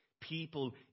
people